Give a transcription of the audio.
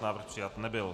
Návrh přijat nebyl.